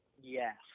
Yes